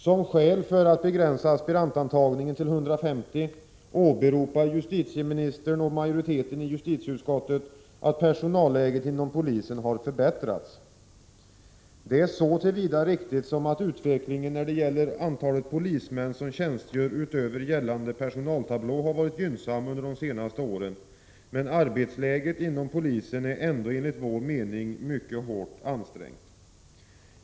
Som skäl för att begränsa aspirantintagningen till 150 åberopar justitieministern och majoriteten i justitieutskottet att personalläget inom polisen har förbättrats. Detta är så till vida riktigt som att utvecklingen när det gäller antalet polismän som tjänstgör utöver gällande persontablå har varit gynnsam under de senaste åren, men arbetsläget inom polisen är ändå enligt vår mening mycket hårt ansträngt.